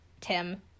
Tim